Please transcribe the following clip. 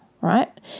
right